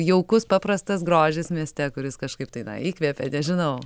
jaukus paprastas grožis mieste kuris kažkaip tai įkvepia nežinau